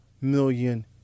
million